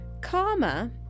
karma